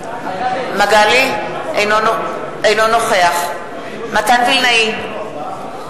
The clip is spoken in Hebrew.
אינו נוכח מתן וילנאי, אינו נוכח